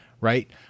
right